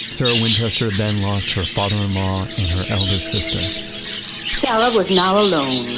sarah winchester then lost her father-in-law and her eldest sister sarah was now alone.